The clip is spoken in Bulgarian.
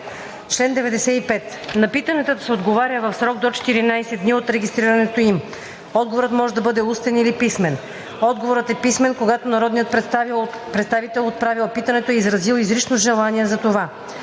„Чл. 95. На питанията се отговаря в срок до 14 дни от регистрирането им. Отговорът може да бъде устен или писмен. Отговорът е писмен, когато народният представител, отправил питането, е изразил изрично желание за това.